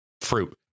fruit